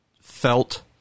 felt